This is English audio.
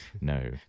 No